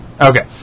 Okay